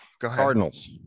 Cardinals